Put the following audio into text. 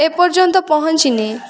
ଏ ପର୍ଯ୍ୟନ୍ତ ପହଁଞ୍ଚିନି